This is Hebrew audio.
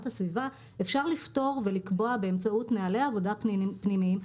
הסביבה אפשר לפתור ולקבוע באמצעות נהלי עבודה פנימיים.